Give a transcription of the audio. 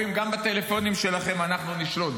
אומרים: גם בטלפונים שלכם אנחנו נשלוט,